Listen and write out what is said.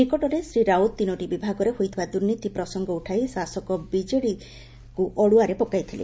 ନିକଟରେ ଶ୍ରୀ ରାଉତ ତିନୋଟି ବିଭାଗରେ ହୋଇଥିବା ଦୁର୍ନୀତି ପ୍ରସଙ୍ଗ ଉଠାଇ ଶାସକ ବିଜେଡ଼ିକୁ ଅଡ଼ୁଆରେ ପକାଇଥିଲେ